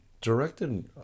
directed